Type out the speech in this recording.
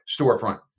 storefront